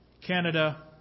Canada